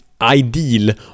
ideal